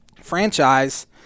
franchise